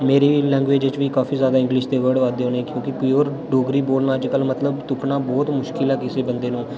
मेरी बी लैंग्वेज़ च बी काफी जादे इंग्लिश दे वर्ड आवा दे होने क्योंकि प्योर डोगरी बोलना अज्जकल मतलब तुप्पना बहोत मुश्कल ऐ किसी बंदे नू